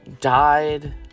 died